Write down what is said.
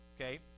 Okay